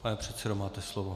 Pane předsedo, máte slovo.